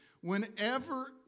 whenever